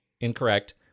incorrect